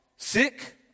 Sick